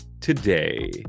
today